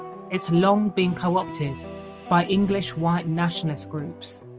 it's long been co-opted by english white nationalist groups